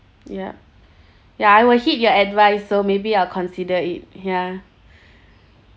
yup ya I will heed your advice so maybe I'll consider it ya